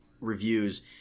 reviews